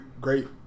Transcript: great